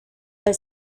del